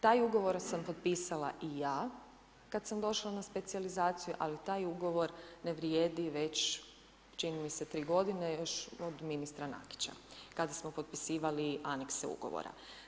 Taj ugovor sam potpisala i ja kad sam došla na specijalizaciju ali taj ugovor ne vrijedi već čini mi se tri godine još od ministra Nakića kada smo potpisivali anekse ugovora.